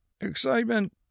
excitement